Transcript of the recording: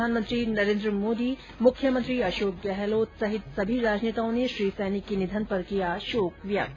प्रधानमंत्री नरेन्द्र मोदी मुख्यमंत्री अशोक गहलोत सहित सभी राजनेताओं ने श्री सैनी के निधन पर किया शोक थ्यक्त